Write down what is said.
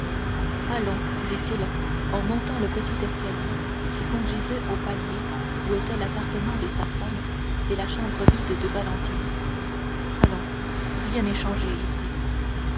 allons dit-il en montant le petit escalier qui conduisait au palier où étaient l'appartement de sa femme et la chambre vide de valentine allons rien n'est changé ici